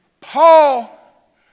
Paul